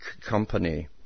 company